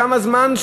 כמה זמן?